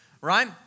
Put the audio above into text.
Right